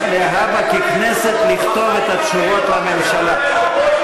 ככנסת, לכתוב את התשובות לממשלה.